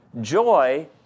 joy